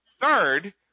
third